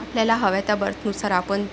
आपल्याला हव्या त्या बर्थनुसार आपण